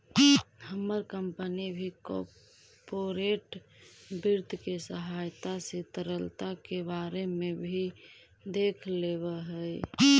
हमर कंपनी भी कॉर्पोरेट वित्त के सहायता से तरलता के बारे में भी देख लेब हई